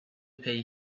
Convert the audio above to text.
pay